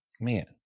man